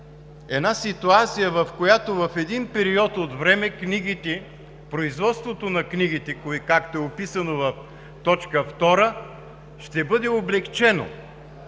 създава ситуация, в която в един период от време книгите, производството на книгите, както е описано в т. 2, ще бъде облекчено,